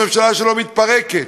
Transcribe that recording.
הממשלה שלו מתפרקת,